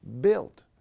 built